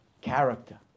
character